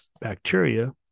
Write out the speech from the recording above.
bacteria